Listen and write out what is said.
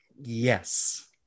yes